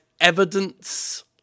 evidence